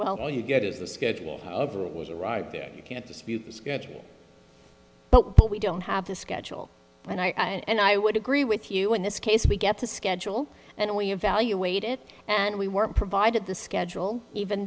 well you get is the schedule however it was a right there you can't dispute the schedule but we don't have the schedule and i and i would agree with you in this case we get to schedule and we evaluate it and we were provided the schedule even